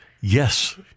Yes